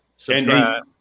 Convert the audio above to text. subscribe